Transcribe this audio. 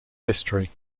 history